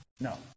No